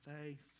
faith